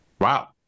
Wow